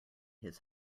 his